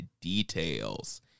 details